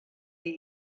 die